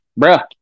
Bruh